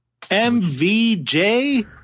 MVJ